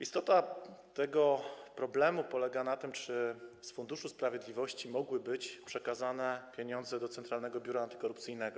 Istota tego problemu polega na tym, czy z Funduszu Sprawiedliwości mogły być przekazane pieniądze do Centralnego Biura Antykorupcyjnego.